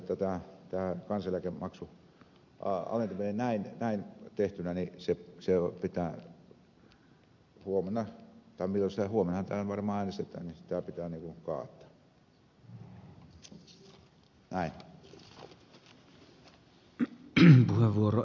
sen takia olen sitä mieltä että tämän kansaneläkemaksun alentaminen näin tehtynä pitää huomennahan täällä varmaan äänestetään kaataa